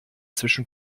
zwischen